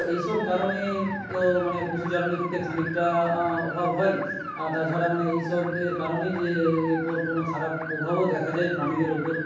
এইসব কারণে তো মানে পশুচারণের ক্ষেত্রে খানিকটা অভাব হয় আর তাছাড়া মানে এইসবের কারণে যে এরপর কোনও খারাপ প্রভাবও দেখা যায় প্রাণীদের উপর